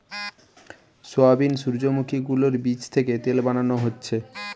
soybean, সূর্যোমুখী গুলোর বীচ থিকে তেল বানানো হচ্ছে